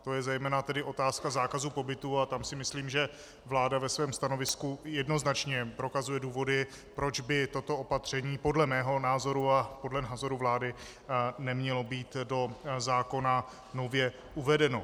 To je zejména otázka zákazu pobytu a tam si myslím, že vláda ve svém stanovisku jednoznačně prokazuje důvody, proč by toto opatření podle mého názoru a podle názoru vlády nemělo být do zákona nově uvedeno.